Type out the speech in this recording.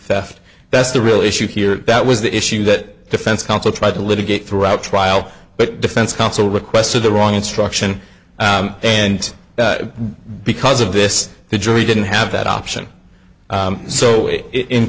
theft that's the real issue here that was the issue that defense counsel tried to litigate throughout trial but defense counsel requested the wrong instruction and because of this the jury didn't have that option so in